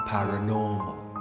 Paranormal